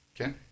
Okay